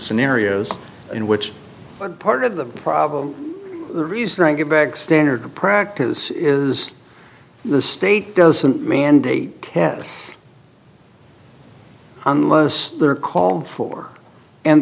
scenarios in which part of the problem the reason i give bags standard practice is the state doesn't mandate tests unless they're called for and